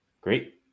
Great